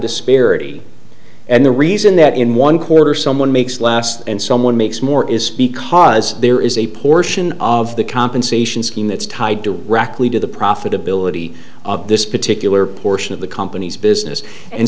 disparity and the reason that in one quarter someone makes last and someone makes more is because there is a portion of the compensation scheme that's tied directly to the profitability of this particular portion of the company's business and